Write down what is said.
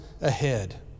ahead